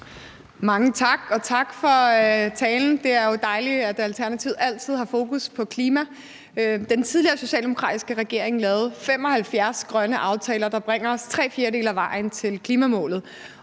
Mange tak, og tak for talen. Det er jo dejligt, at Alternativet altid har fokus på klima. Den tidligere socialdemokratiske regering lavede 75 grønne aftaler, der bringer os tre fjerdedele af vejen til klimamålet,